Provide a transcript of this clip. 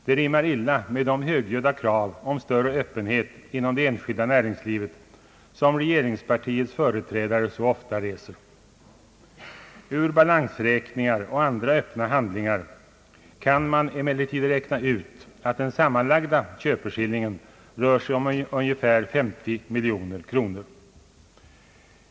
Det rimmar illa med de högljudda krav på större öppenhet inom det enskilda näringslivet som regeringspartiets företrädare så ofta reser. Av balansräkningar och andra öppna handlingar kan man emellertid räkna ut att den sammanlagda köpeskillingen rör sig om ett mycket stort belopp.